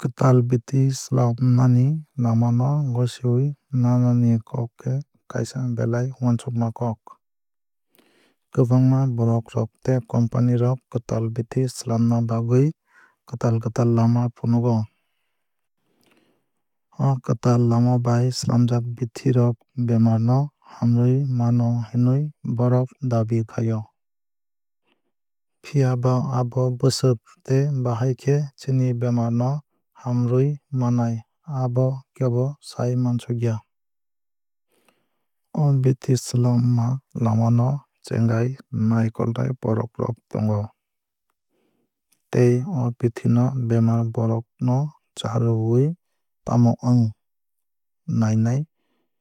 Kwtal bithi swlamani lama no gosiwui nanani kok khe kaisa belai uansukma kok. Kwbangma borok rok tei company rok kwtal bithi swlamna bwgui kwtal kwtal lama phunugo. O kwtal lama bai swlamjak bithi rok bemar no hamrwui mano hinwui bohrok dabi khai o. Phiaba abo bwswk tei bahaikhe chini bemar no hamrwui manai abo kebo sai mansukya. O bithi swlamma lama no chengai naikolnai borok rok tongo. Tei o bithi no bemar borok no charwkhai tamo wng nainai